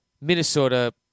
Minnesota